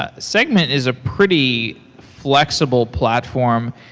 ah segment is a pretty flexible platform,